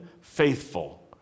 faithful